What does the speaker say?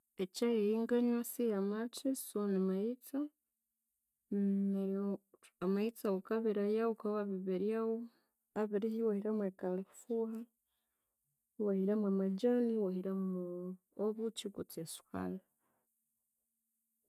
Ekyai eyanganwya siyamathi, so nimaghitsa neryo amaghitsa wukabereyawo, wukabya wabiberyagho abirihya, iwa hiramo e kalifugha, iwa hiramo amajani, iwahiramu obukya kutsi esukali